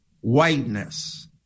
whiteness